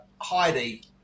Heidi